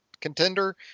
contender